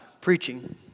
preaching